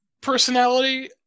personality